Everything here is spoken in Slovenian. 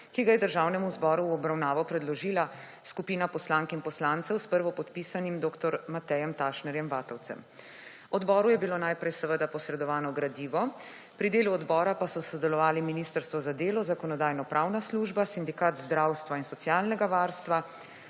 ki ga je Državnemu zboru v obravnavo predložila skupina poslank in poslancev s prvopodpisanim dr. Matejem Tašner Vatovcem. Odboru je bilo najprej posredovano gradivo. Pri delu odbora pa si sodelovali Ministrstvo za delo, Zakonodajno-pravna služba, Sindikat zdravstva in socialnega varstva,